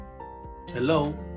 Hello